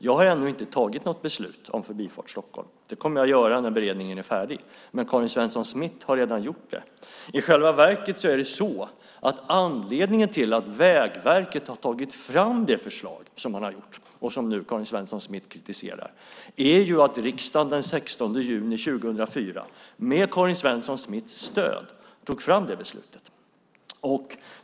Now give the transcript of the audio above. Jag har ännu inte tagit något beslut om Förbifart Stockholm. Det kommer jag att göra när beredningen är färdig. Men Karin Svensson Smith har redan gjort det. I själva verket är anledningen till att Vägverket har tagit fram det förslag som man har gjort, som Karin Svensson Smith nu kritiserar, att riksdagen den 16 juni 2004, med Karin Svensson Smiths stöd, tog det beslutet.